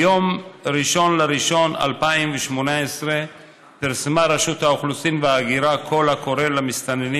ביום 1 בינואר 2018 פרסמה רשות האוכלוסין וההגירה קול קורא למסתננים